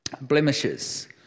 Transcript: Blemishes